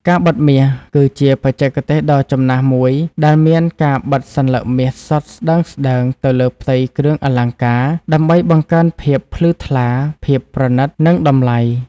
ការបិតមាស គឺជាបច្ចេកទេសដ៏ចំណាស់មួយដែលមានការបិតសន្លឹកមាសសុទ្ធស្តើងៗទៅលើផ្ទៃគ្រឿងអលង្ការ ដើម្បីបង្កើនភាពភ្លឺថ្លា ភាពប្រណីត និងតម្លៃ។